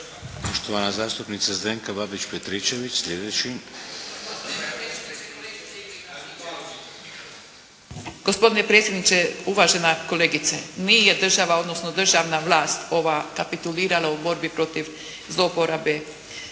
Petričević. Sljedeći. **Babić-Petričević, Zdenka (HDZ)** Gospodine predsjedniče, uvažena kolegice. Nije država, odnosno državna vlast ova kapitulirala u borbi protiv zlouporabe